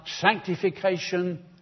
sanctification